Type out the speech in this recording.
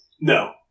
No